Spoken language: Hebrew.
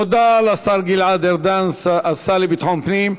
תודה לשר גלעד ארדן, השר לביטחון פנים.